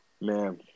man